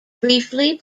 briefly